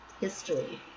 history